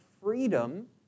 freedom